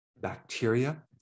bacteria